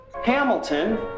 Hamilton